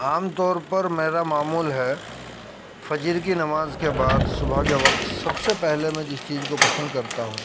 عام طور پر میرا معمول ہے فجر کی نماز کے بعد صبح کے وقت سب سے پہلے میں جس چیز کو پسند کرتا ہوں